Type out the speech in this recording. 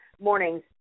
mornings